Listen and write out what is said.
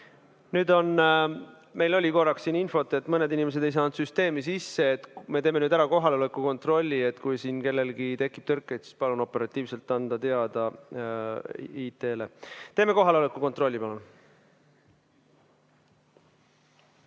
seadusele. Meil on infot, et mõned inimesed ei saanud süsteemi sisse. Me teeme ära kohaloleku kontrolli ja kui kellelgi tekib tõrkeid, siis palun operatiivselt anda teada IT-le. Teeme kohaloleku kontrolli, palun!